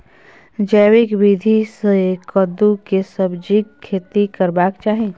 जैविक विधी से कद्दु के सब्जीक खेती करबाक चाही?